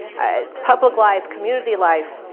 ah public life, community life?